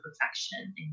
perfection